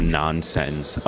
nonsense